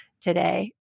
today